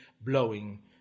blowing